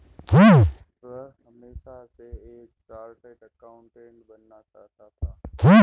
वह हमेशा से एक चार्टर्ड एकाउंटेंट बनना चाहता था